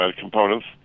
components